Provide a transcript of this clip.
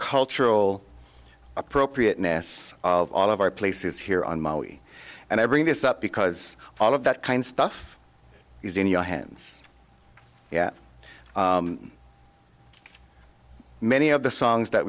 cultural appropriateness of all of our places here on maui and i bring this up because all of that kind of stuff is in your hands yet many of the songs that